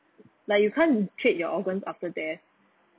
like you can't trade your organs after death